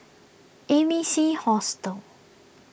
A B C Hostel